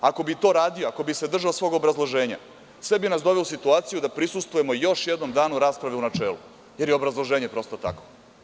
Ako bi to radio, ako bi se držao svog obrazloženja sve bi nas doveo u situaciju da prisustvujemo još jednom danu rasprave u načelu, jer je obrazloženje prosto takvo.